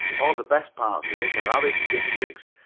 all the best parts of it are arid districts,